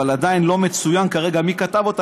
אבל עדיין לא מצוין כרגע מי כתב אותה,